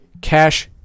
cash